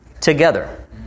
together